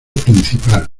principal